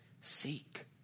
Seek